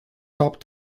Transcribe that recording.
top